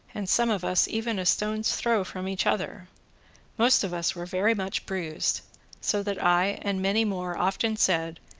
and some of us even a stone's throw from each other most of us were very much bruised so that i and many more often said,